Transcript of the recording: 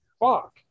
Fuck